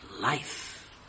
life